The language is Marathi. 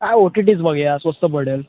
हां ओ टी टच बघूया स्वस्त पडेल